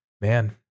man